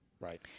Right